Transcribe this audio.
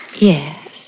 Yes